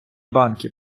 банки